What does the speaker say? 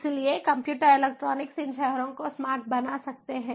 इसलिए computer electronics इन शहरों को स्मार्ट बना सकते हैं